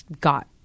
got